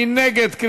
מי נגד?